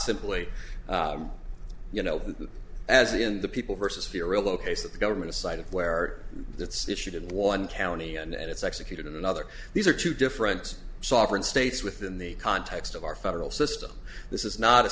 simply you know as in the people versus fear relocation of the government aside where it's issued in one county and it's executed in another these are two different softened states within the context of our federal system this is not a